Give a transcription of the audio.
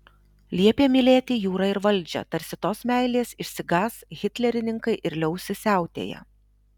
liepė mylėti jūrą ir valdžią tarsi tos meilės išsigąs hitlerininkai ir liausis siautėję